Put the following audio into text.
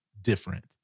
different